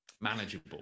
manageable